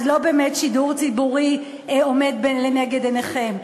אז לא באמת שידור ציבורי עומד לנגד עיניכם.